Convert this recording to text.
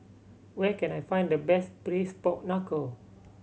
where can I find the best Braised Pork Knuckle